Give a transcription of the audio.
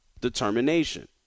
determination